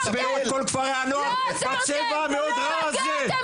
אתם לא תצבעו את כל כפרי הנוער בצבע המאוד רע הזה,